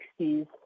60s